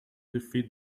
defeat